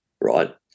right